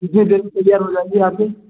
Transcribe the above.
कितनी देर में क्लियर हो जाएगी आपकी